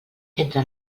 entre